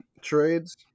Trades